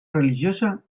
religiosa